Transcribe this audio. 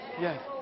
yes